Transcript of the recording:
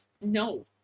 No